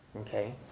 okay